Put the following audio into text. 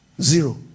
Zero